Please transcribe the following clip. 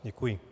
Děkuji.